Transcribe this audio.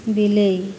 ବିଲେଇ